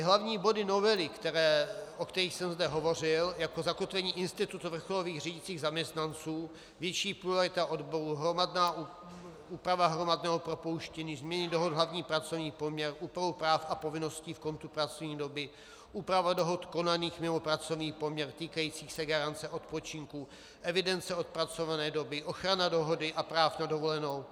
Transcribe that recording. Hlavní body novely, o kterých jsem zde hovořil, jako zakotvení institutu vrcholových řídících zaměstnanců, větší pluralita odborů, úprava hromadného propouštění, změny dohod, hlavní pracovní poměr, úprava práv a povinností v kontu pracovní doby, úprava dohod konaných mimo pracovní poměr týkajících se garance odpočinku, evidence odpracované doby, ochrana dohody a práv na dovolenou.